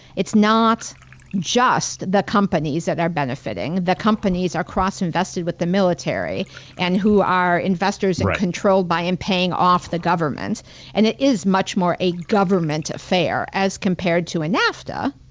it's not just the companies that are benefiting. the companies across invested with the military and who are investors and controlled by and paying off the government and it is much more a government affair as compared to a nafta,